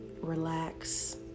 relax